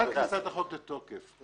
עד כניסת החוק לתוקף.